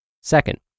Second